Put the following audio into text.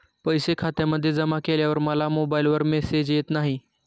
पैसे खात्यामध्ये जमा केल्यावर मला मोबाइलवर मेसेज येत नाही?